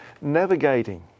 navigating